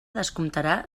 descomptarà